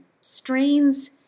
strains